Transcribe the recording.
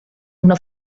una